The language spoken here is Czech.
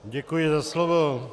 Děkuji za slovo.